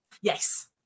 yes